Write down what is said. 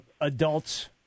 adults